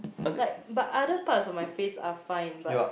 like but other parts of my face are fine but